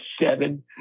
seven